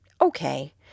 okay